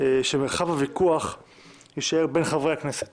שמרחב הוויכוח יישאר בין חברי הכנסת